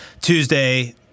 Tuesday